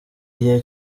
igihe